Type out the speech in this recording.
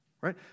Right